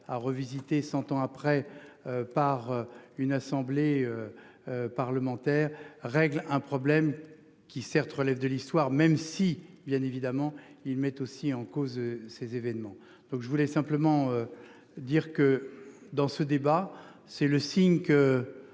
à revisiter s'entend après. Par une assemblée. Parlementaire règle un problème qui certes relève de l'histoire, même si bien évidemment ils mettent aussi en cause ces événements. Donc je voulais simplement. Dire que dans ce débat, c'est le signe que